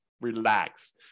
relax